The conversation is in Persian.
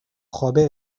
خوابه